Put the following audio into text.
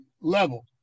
level